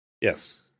Yes